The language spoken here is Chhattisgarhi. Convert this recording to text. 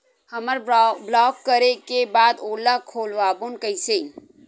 हमर ब्लॉक करे के बाद ओला खोलवाबो कइसे?